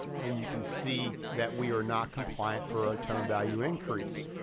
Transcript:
and you can see that we are not compliant for our tone value increase.